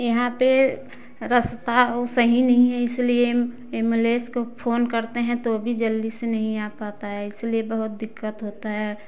यहाँ पर रास्ता ओ सही नहीं है इसलिए इमलेस को फ़ोन करते हैं तो भी जल्दी से नहीं आ पाता है इसलिए बहुत दिक्कत होता है